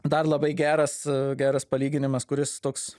dar labai geras geras palyginimas kuris toks